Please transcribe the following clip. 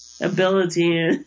ability